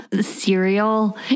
cereal